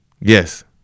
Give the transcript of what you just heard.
Yes